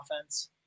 offense